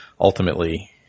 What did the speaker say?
ultimately